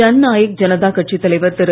ஜன் நாயக் ஜனதா கட்சித் தலைவர் திரு